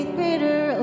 greater